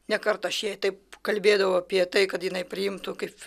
ne kartą aš jai taip kalbėdavau apie tai kad jinai priimtų kaip